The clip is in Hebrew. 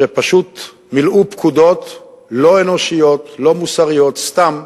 שפשוט מילאו פקודות לא אנושיות, לא מוסריות, סתם,